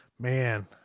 man